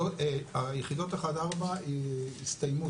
היחידות 1-4 יסתיימו,